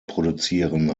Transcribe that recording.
produzieren